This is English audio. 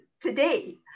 today